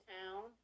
town